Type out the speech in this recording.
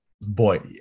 boy